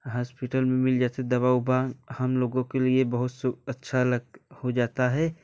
hospital में मिल जाती दवा उवा हम लोगों के लिए बहुत से अच्छा हो जाता है